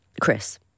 Chris